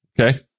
Okay